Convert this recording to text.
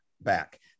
back